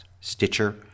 Stitcher